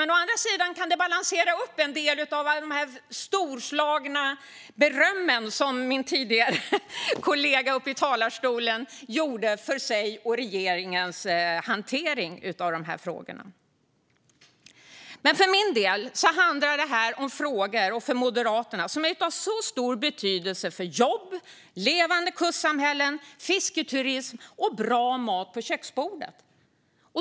Men å andra sidan kan det balansera upp en del av det storslagna beröm som min kollega tidigare här i talarstolen gav sin och regeringens hantering av de här frågorna. För min och Moderaternas del handlar detta om frågor som är av stor betydelse för jobb, levande kustsamhällen, fisketurism och bra mat på köksbordet.